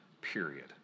period